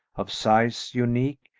of size unique,